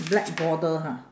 black border ha